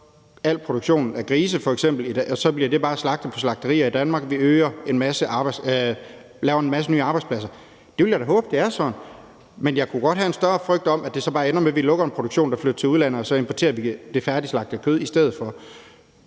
al produktion af grise så bare betyder, at de bliver slagtet på slagterier i Danmark, og at vi laver en masse nye arbejdspladser. Jeg vil da håbe, at det er sådan, men jeg kunne godt have en større frygt for, at det bare ender med, at vi lukker en produktion, der så flytter til udlandet, og at vi i stedet for importerer det færdigslagtede kød. Hvis det